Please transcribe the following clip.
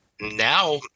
now